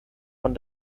von